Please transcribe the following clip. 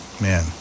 Man